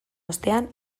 ostean